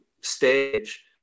stage